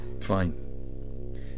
Fine